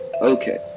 Okay